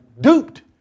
duped